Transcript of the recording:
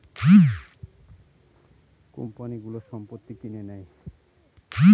কোম্পানিগুলো সম্পত্তি কিনে নেয়